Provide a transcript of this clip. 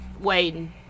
Waiting